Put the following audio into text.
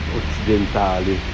occidentali